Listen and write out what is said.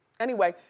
anyway,